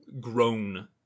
grown